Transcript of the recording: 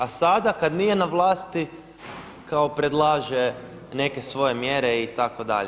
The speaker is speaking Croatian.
A sada kada nije na vlasti kao predlaže neke svoje mjere itd.